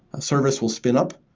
a service will spin up